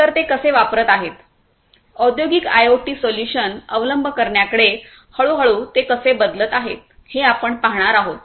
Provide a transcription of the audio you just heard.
तर ते कसे वापरत आहेत औद्योगिक आयओटी सोल्यूशन अवलंब करण्याकडे हळूहळू ते कसे बदलत आहेत हे आपण पाहणार आहोत